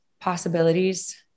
possibilities